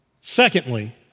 Secondly